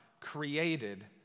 created